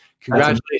congratulations